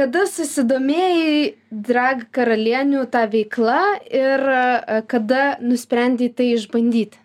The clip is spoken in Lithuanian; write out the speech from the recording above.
kada susidomėjai drag karalienių ta veikla ir kada nusprendei tai išbandyti